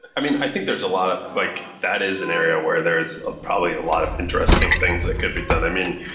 i mean, i think there's a lot of like that is an area where there's ah probably a lot of interesting things that could be done. i mean,